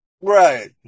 Right